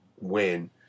win